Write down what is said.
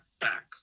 back